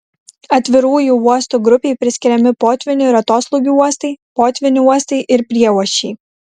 atvirųjų uostų grupei priskiriami potvynių ir atoslūgių uostai potvynių uostai ir prieuosčiai